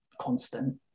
constant